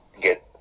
get